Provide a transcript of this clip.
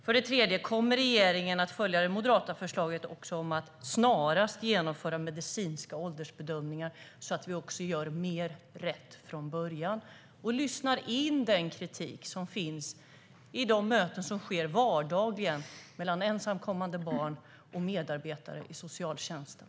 För det tredje: Kommer regeringen att följa det moderata förslaget om att snarast införa medicinska åldersbedömningar, så att vi gör mer rätt från början och lyssnar in den kritik som finns i de möten som sker vardagligen mellan ensamkommande barn och medarbetare i socialtjänsten?